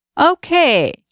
Okay